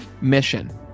mission